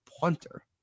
punter